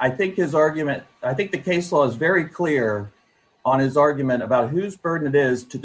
i think his argument i think the case law is very clear on his argument about whose burden it is to